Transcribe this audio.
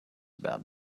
about